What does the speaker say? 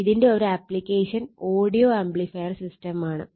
ഇതിന്റെ ഒരു application audio amplifier system ആണ്